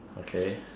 okay